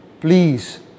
please